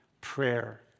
prayer